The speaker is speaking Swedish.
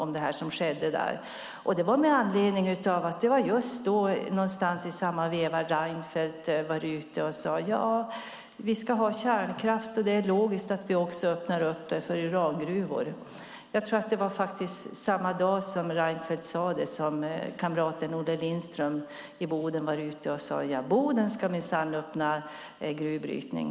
I samma veva sade Reinfeldt att om det ska finnas kärnkraft är det logiskt att öppna för urangruvor. Samma dag som Reinfeldt sade det var kamraten Olle Lindström i Boden ute och sade att Boden minsann ska öppna för gruvbrytning.